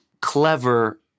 clever